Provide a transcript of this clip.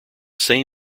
same